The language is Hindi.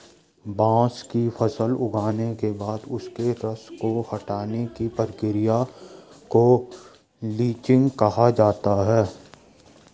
बांस की फसल उगने के बाद उसके रस को हटाने की प्रक्रिया को लीचिंग कहा जाता है